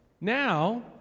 now